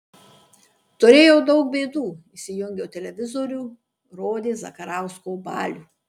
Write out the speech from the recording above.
turėjau daug bėdų įsijungiau televizorių rodė zakarausko balių